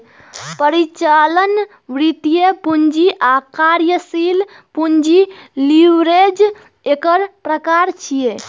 परिचालन, वित्तीय, पूंजी आ कार्यशील पूंजी लीवरेज एकर प्रकार छियै